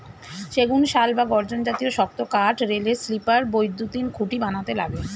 সেগুন, শাল বা গর্জন জাতীয় শক্ত কাঠ রেলের স্লিপার, বৈদ্যুতিন খুঁটি বানাতে লাগে